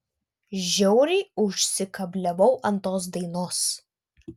žiauriai užsikabliavau ant tos dainos